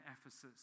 Ephesus